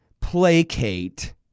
placate